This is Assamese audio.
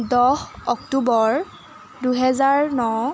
দহ অক্টোবৰ দুহেজাৰ ন